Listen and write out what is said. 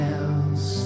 else